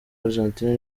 argentine